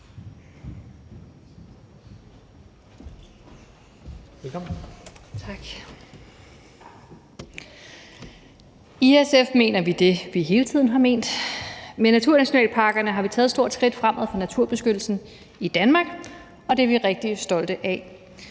I SF mener vi det, vi hele tiden har ment. Med naturnationalparkerne har vi taget et stort skridt fremad for naturbeskyttelsen i Danmark, og det er vi rigtig stolte af.